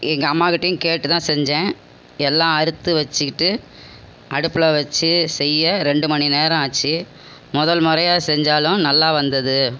எங்கள் அம்மாகிட்டையும் கேட்டு தான் செஞ்சேன் எல்லாம் அறுத்து வச்சிக்கிட்டு அடுப்பில் வச்சு செய்ய ரெண்டு மணிநேரம் ஆச்சு முதல் முறையா செஞ்சாலும் நல்லா வந்தது